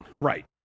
Right